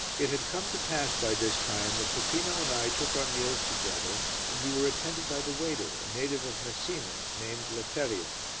it had come to pass by this time that peppino and i took our meals together and we were attended by the waiter, a native of messina, named letterio.